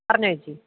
പറഞ്ഞോ ചേച്ചി